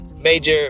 major